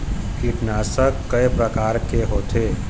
कीटनाशक कय प्रकार के होथे?